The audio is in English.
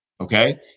okay